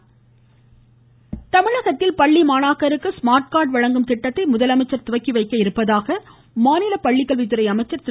செங்கோட்டையன் தமிழகத்தில் பள்ளி மாணாக்கருக்கு ஸ்மார்ட் கார்டு வழங்கும் திட்டத்தை முதலமைச்சர் துவக்கி வைக்க இருப்பதாக மாநில பள்ளிக்கல்வித்துறை அமைச்சர் திரு